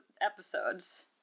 episodes